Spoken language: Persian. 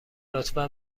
لطفا